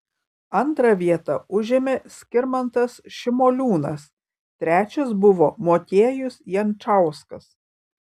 antrą vietą užėmė skirmantas šimoliūnas trečias buvo motiejus jančauskas